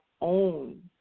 own